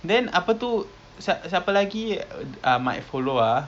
then apa tu siapa lagi ah might follow ah